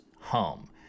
home